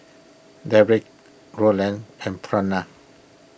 Derrick Rolland and Frona